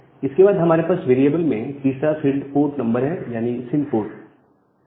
इसके बाद हमारे पास वेरिएबल में तीसरा फील्ड पोर्ट नंबर है यानी सिन पोर्ट sin port है